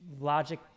logic